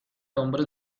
hombres